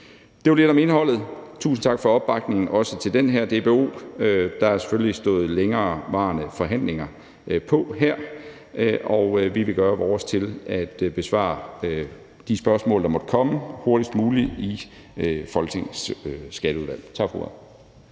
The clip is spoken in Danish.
Det var lidt om indholdet. Tusind tak for opbakningen, også til den her DBO. Der har selvfølgelig været længerevarende forhandlinger her, og vi vil gøre vores for at besvare de spørgsmål, der måtte komme, hurtigst muligt i Folketingets Skatteudvalg. Tak for